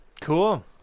Cool